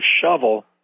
shovel